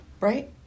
right